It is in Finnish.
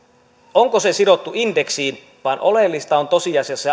onko se sidottu indeksiin vaan oleellista on tosiasiassa